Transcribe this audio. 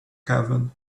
kevin